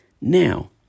Now